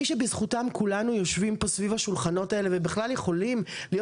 מי שבזכותם כולנו יושבים פה סביב השולחנות האלה ובכלל יכולים להיות